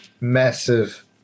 Massive